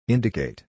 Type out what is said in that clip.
Indicate